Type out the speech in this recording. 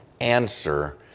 Answer